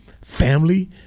family